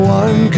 one